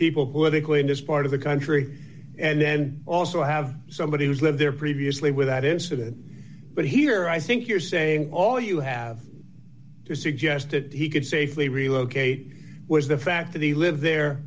people who they clean this part of the country and then also have somebody who's lived there previously without incident but here i think you're saying all you have suggested he could safely relocate was the fact that he lived there